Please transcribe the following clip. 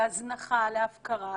להזנחה, להפקרה,